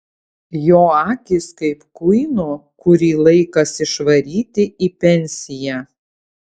jo akys kaip kuino kurį laikas išvaryti į pensiją